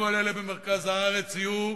וכל אלה במרכז הארץ יהיו,